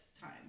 time